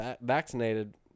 vaccinated